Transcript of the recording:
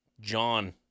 John